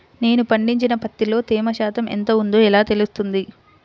నేను పండించిన పత్తిలో తేమ శాతం ఎంత ఉందో ఎలా తెలుస్తుంది?